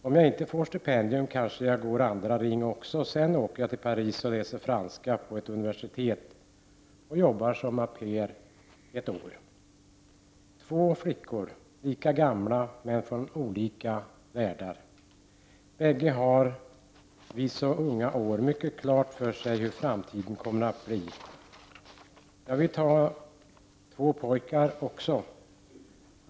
Om jag inte får stipendium kanske jag går andra ring också och sen åker till Paris och läser franska på ett universitet och jobbar som au pair ett år.” Två flickor, lika gamla, men från olika världar. Bägge har, vid så unga år, mycket klart för sig hur framtiden kommer att bli. Jag vill också ta två pojkar som exempel.